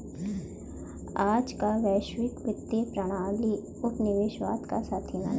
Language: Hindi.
आज का वैश्विक वित्तीय प्रणाली उपनिवेशवाद का साथी माना जाता है